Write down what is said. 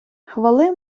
хвали